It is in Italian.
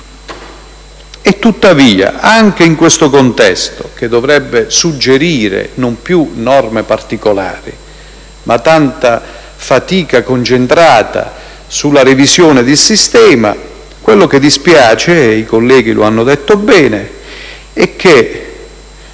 E tuttavia, anche in questo contesto, che dovrebbe suggerire non più norme particolari ma tanta fatica concentrata sulla revisione del sistema, dispiace - e i colleghi lo hanno detto chiaramente